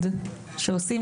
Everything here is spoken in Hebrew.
קודם כל,